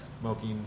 smoking